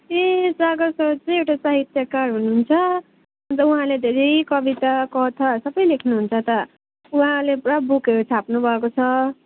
ए Sagar sir चाहिँ एउटा साहित्यकार हुनुहुन्छ अन्त उहाँले धेरै कविता कथाहरू सबै लेख्नुहुन्छ त उहाँले पुरा बुकहरू छाप्नु भएको छ